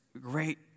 great